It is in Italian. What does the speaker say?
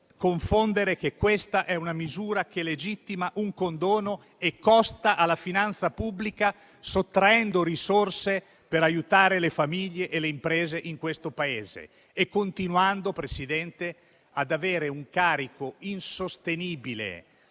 confondere che questa è una misura che legittima un condono e costa alla finanza pubblica, sottraendo risorse per aiutare le famiglie e le imprese di questo Paese e continuando, Presidente, ad avere un carico insostenibile